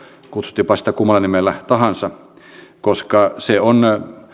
kutsuttiinpa sitä kummalla nimellä tahansa koska se on